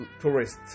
Tourists